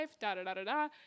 da-da-da-da-da